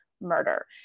murder